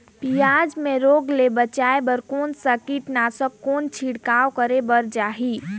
पियाज मे रोग ले बचाय बार कौन सा कीटनाशक कौन छिड़काव करे बर चाही?